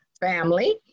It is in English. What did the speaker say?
family